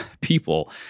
people